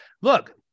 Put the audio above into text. look